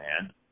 man